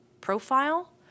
profile